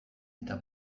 eta